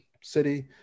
city